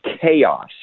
chaos